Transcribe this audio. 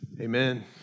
Amen